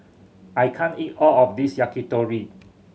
I can't eat all of this Yakitori